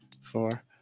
four